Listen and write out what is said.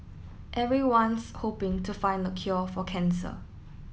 everyone's hoping to find the cure for cancer